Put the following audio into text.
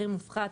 מחיר מופחת,